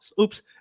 oops